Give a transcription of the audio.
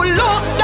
look